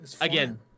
again